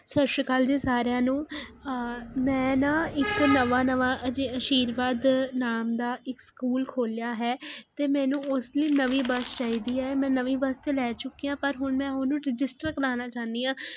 ਸਤਿ ਸ਼੍ਰੀ ਅਕਾਲ ਜੀ ਸਾਰਿਆਂ ਨੂੰ ਮੈਂ ਨਾ ਇੱਕ ਨਵਾਂ ਨਵਾਂ ਆਸ਼ੀਰਵਾਦ ਨਾਮ ਦਾ ਇੱਕ ਸਕੂਲ ਖੋਲਿਆ ਹੈ ਅਤੇ ਮੈਨੂੰ ਉਸ ਲਈ ਨਵੀਂ ਬੱਸ ਚਾਹੀਦੀ ਹੈ ਮੈਂ ਨਵੀਂ ਬੱਸ ਤਾਂ ਲੈ ਚੁੱਕੀ ਹਾਂ ਪਰ ਹੁਣ ਮੈਂ ਉਹਨੂੰ ਰਜਿਸਟਰ ਕਰਾਉਣਾ ਚਾਹੁੰਦੀ ਹਾਂ